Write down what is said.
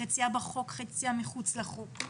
חציה בחוק וחציה מחוץ לחוק,